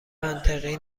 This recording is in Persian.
منطقی